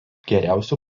geriausių